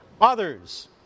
others